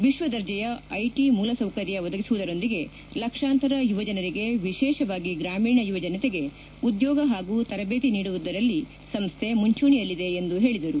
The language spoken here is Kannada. ವಿಶ್ವ ದರ್ಜೆಯ ಐಟಿ ಮೂಲಸೌಕರ್ಯ ಒದಗಿಸುವುದರೊಂದಿಗೆ ಲಕ್ಷಾಂತರ ಯುವಜನರಿಗೆ ವಿಶೇಷವಾಗಿ ಗ್ರಾಮೀಣ ಯುವಜನತೆಗೆ ಉದ್ಯೋಗ ಹಾಗೂ ತರಬೇತಿ ನೀಡುವುದರಲ್ಲಿ ಸಂಸ್ಣೆ ಮುಂಚೂಣಿಯಲ್ಲಿದೆ ಎಂದು ಹೇಳಿದರು